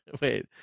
wait